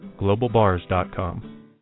GlobalBars.com